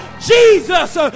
Jesus